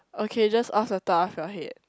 okay just off the top of your head